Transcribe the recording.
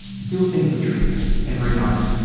still thinks of tristan every night.